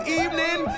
evening